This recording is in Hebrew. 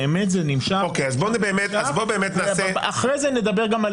באמת זה נמשך --- אחרי זה נדבר גם על